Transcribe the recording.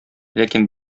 ләкин